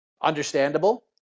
Understandable